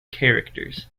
characters